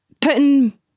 putting